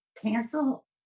cancel